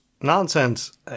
nonsense